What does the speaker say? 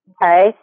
Okay